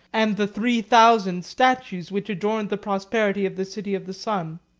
and the three thousand statues, which adorned the prosperity of the city of the sun.